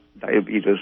diabetes